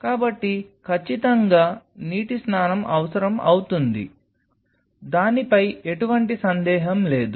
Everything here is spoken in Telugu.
కాబట్టి ఖచ్చితంగా నీటి స్నానం అవసరం అవుతుంది దానిపై ఎటువంటి సందేహం లేదు